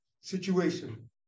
situation